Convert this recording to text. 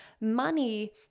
money